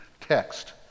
text